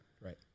Right